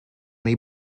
may